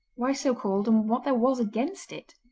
why so called, and what there was against it.